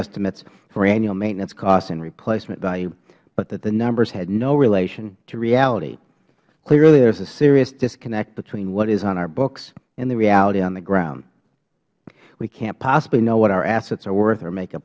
estimates for annual maintenance costs and replacement value but that the numbers had no relation to reality clearly there is a serious disconnect between what is on our books and the reality on the ground we cant possibly know what our assets are worth or make a